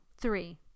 Three